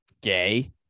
gay